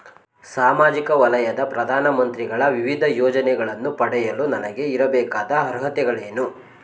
ಸಾಮಾಜಿಕ ವಲಯದ ಪ್ರಧಾನ ಮಂತ್ರಿಗಳ ವಿವಿಧ ಯೋಜನೆಗಳನ್ನು ಪಡೆಯಲು ನನಗೆ ಇರಬೇಕಾದ ಅರ್ಹತೆಗಳೇನು?